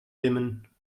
dimmen